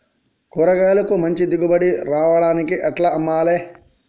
కూరగాయలకు మంచి దిగుబడి రావడానికి ఎట్ల అమ్మాలే?